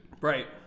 Right